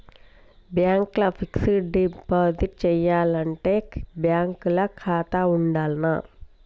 Bank ల fixed deposit చేయాలంటే bank ల ఖాతా ఉండాల్నా?